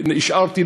והשארתי,